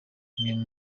mwebwe